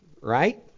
right